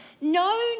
no